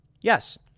Yes